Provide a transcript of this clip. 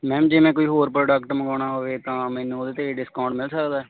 ma'am ਜਿਵੇਂ ਕੋਈ ਹੋਰ ਪ੍ਰੋਡਕਟ ਮੰਗਾਉਣਾ ਹੋਵੇ ਤਾਂ ਮੈਨੂੰ ਉਹਦੇ ਤੇ ਡਿਸਕਾਊਂਟ ਮਿਲ ਸਕਦਾ